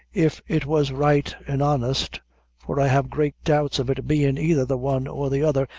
if it was right an' honest for i have great doubts of it bein' either the one or the other,